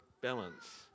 balance